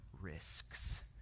risks